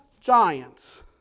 giants